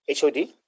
HOD